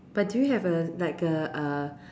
but do you have a like a uh